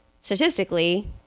statistically